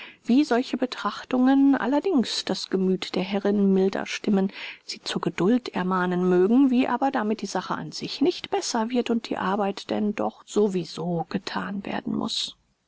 wie solche betrachtungen allerdings das gemüth der herrin milder stimmen sie zur geduld ermahnen mögen wie aber damit die sache an sich nicht besser wird und die arbeit denn doch so wie so gethan werden muß